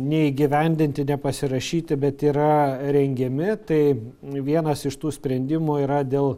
neįgyvendinti nepasirašyti bet yra rengiami tai vienas iš tų sprendimų yra dėl